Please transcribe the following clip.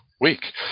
week